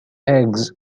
eggs